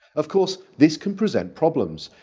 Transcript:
of course this can present problems.